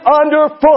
underfoot